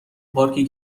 پارکی